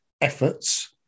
efforts